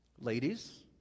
Ladies